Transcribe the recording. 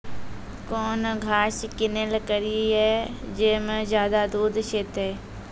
कौन घास किनैल करिए ज मे ज्यादा दूध सेते?